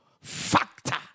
factor